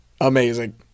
Amazing